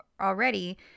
already